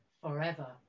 forever